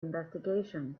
investigations